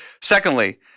Secondly